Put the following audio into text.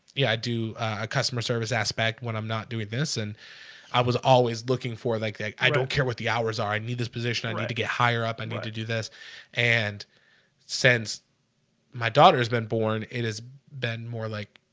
yeah, i do a customer service aspect when i'm not doing this and i was always looking for like like i don't care what the hours are i need this position? i got to get higher up and not to do this and since my daughter has been born. it has been more like,